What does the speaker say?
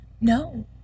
No